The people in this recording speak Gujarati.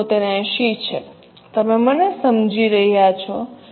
7480 છે તમે મને જે સમજી રહ્યા છો